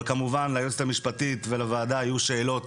אבל כמובן ליועצת המשפטית ולוועדה יהיו שאלות